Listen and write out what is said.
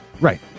right